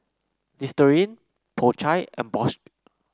Listerine Po Chai and Bosch